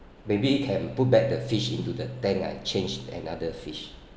maybe can put back the fish into the tank I change another fish